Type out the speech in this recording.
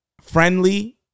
friendly